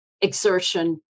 exertion